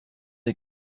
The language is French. est